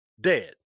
dead